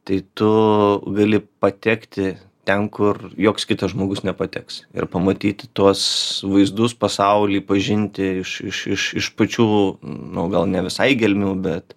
tai tu gali patekti ten kur joks kitas žmogus nepateks ir pamatyti tuos vaizdus pasaulį pažinti iš iš iš iš pačių nu gal ne visai gelmių bet